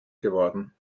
geworden